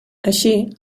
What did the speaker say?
així